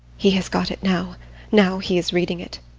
he has got it now now he is reading it.